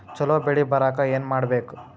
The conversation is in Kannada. ಛಲೋ ಬೆಳಿ ಬರಾಕ ಏನ್ ಮಾಡ್ಬೇಕ್?